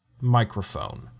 microphone